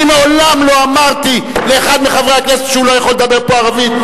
אני מעולם לא אמרתי לאחד מחברי הכנסת שהוא לא יכול לדבר פה ערבית,